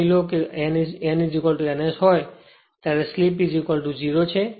માની લો જ્યારે n n S હોય ત્યારે સ્લિપ 0 છે